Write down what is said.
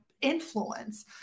influence